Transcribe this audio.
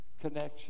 connection